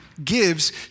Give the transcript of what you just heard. gives